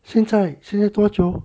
现在现在多久